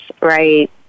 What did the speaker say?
right